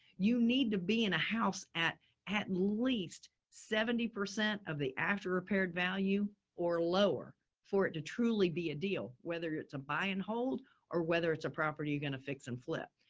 you need to be in a house at at least seventy percent of the after repaired value or lower for it to truly be a deal. whether it's a buy and hold or whether it's a property you're going to fix and flip,